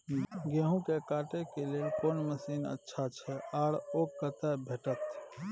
गेहूं के काटे के लेल कोन मसीन अच्छा छै आर ओ कतय भेटत?